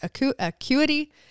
acuity